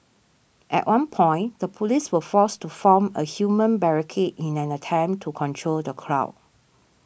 at one point the police were forced to form a human barricade in an attempt to control the crowd